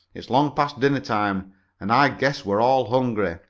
it's long past dinner time and i guess we're all hungry.